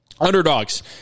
Underdogs